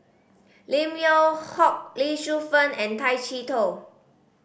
Lim Yew Hock Lee Shu Fen and Tay Chee Toh